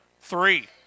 Three